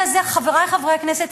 חברי חברי הכנסת,